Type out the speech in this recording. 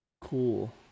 cool